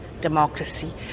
democracy